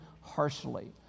harshly